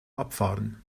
abfahren